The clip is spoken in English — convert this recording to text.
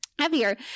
heavier